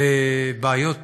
בעיות